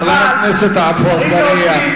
חבר הכנסת עפו אגבאריה.